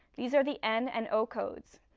these are the n and o codes.